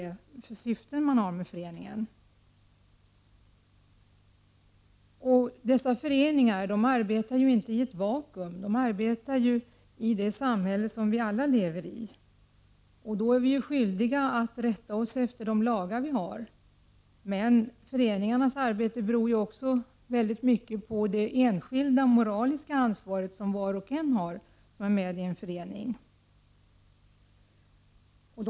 Dessa föreningar arbetar ju inte i ett vakuum. De arbetar i det samhälle som vi alla lever i. Vi är därför skyldiga att rätta oss efter de lagar vi har. Men föreningarnas arbete beror också väldigt mycket på det enskilda, moraliska ansvar som var och en som är med i en förening har.